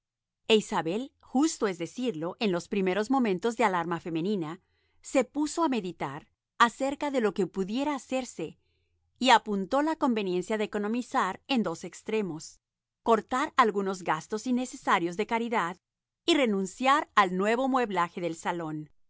e isabel justo es decirlo en los primeros momentos de alarma femenina se puso a meditar acerca de lo que pudiera hacerse y apuntó la conveniencia de economizar en dos extremos cortar algunos gastos innecesarios de caridad y renunciar al nuevo mueblaje del salón